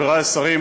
חברי השרים,